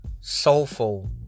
soulful